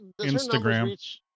Instagram